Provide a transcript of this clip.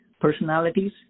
personalities